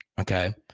Okay